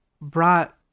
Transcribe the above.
brought